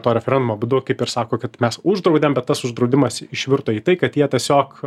to referendumo būdu kaip ir sako kad mes uždraudėm bet tas uždraudimas išvirto į tai kad jie tiesiog